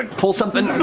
and pull something,